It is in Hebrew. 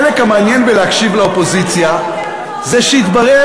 החלק המעניין בלהקשיב לאופוזיציה זה שהתברר